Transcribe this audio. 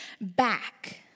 back